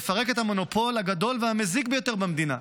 לפרק את המונופול הגדול והמזיק ביותר במדינה,